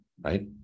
right